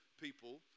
people